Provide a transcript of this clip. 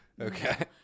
Okay